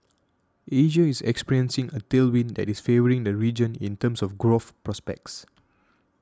Asia is experiencing a tailwind that is favouring the region in terms of growth prospects